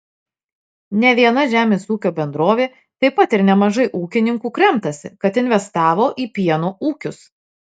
ne viena žemės ūkio bendrovė taip pat ir nemažai ūkininkų kremtasi kad investavo į pieno ūkius